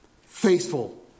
Faithful